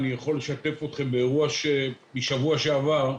אני יכול לשתף אתכם באירוע משבוע שעבר.